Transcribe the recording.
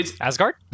Asgard